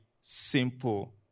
simple